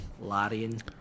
Larian